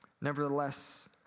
Nevertheless